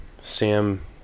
Sam